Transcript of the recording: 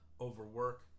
overwork